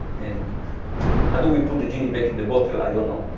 and how do we put the genie back in the bottle? i don't know.